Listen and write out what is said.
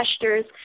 gestures